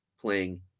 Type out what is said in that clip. playing